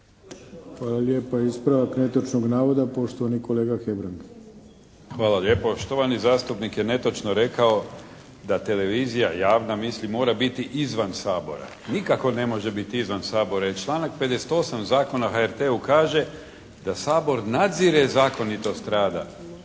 Hvala lijepa. Ispravak netočnog navoda, poštovani kolega Hebrang. **Hebrang, Andrija (HDZ)** Hvala lijepo. Štovani zastupnik je netočno rekao da televizija javna mislim, mora biti izvan Sabora. Nikako ne može biti izvan Sabora jer članak 58. Zakona o HRT-u kaže da Sabor nadzire zakonitost rada